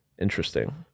Interesting